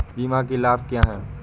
बीमा के लाभ क्या हैं?